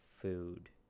food